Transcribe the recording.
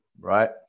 right